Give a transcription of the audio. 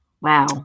Wow